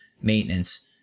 maintenance